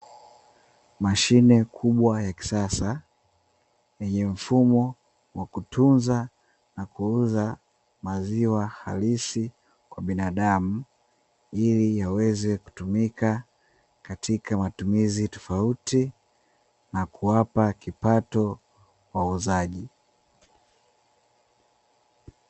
Mashine kubwa ya kisasa yenye mfumo wa kutunza na kuuza maziwa halisi kwa binadamu ili yaweze kutumika katika matumizi tofauti na kuwapa kipato wauzaji.